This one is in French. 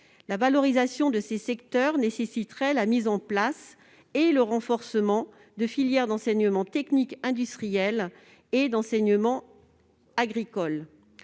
La valorisation de ces secteurs nécessiterait la mise en place et le renforcement de filières d'enseignement technique industriel et d'enseignement agricole.